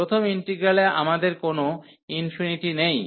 প্রথম ইন্টিগ্রালে আমাদের কোনও নেই